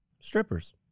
strippers